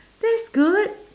that's good